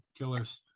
Killers